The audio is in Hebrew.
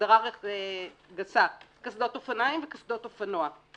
בהגדרה גסה קסדות אופניים וקסדות אופנוע.